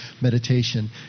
meditation